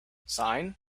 sine